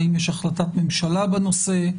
האם יש החלטת ממשלה בנושא?